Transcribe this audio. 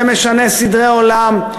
זה משנה סדרי עולם,